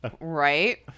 Right